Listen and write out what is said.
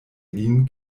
lin